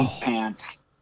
pants